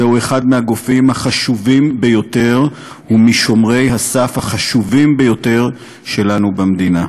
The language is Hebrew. זהו אחד מהגופים החשובים ביותר ומשומרי הסף החשובים ביותר שלנו במדינה,